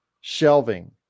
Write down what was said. shelving